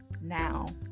now